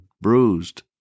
bruised